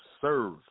serve